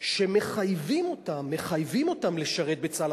שמחייבים אותן לשרת בצה"ל.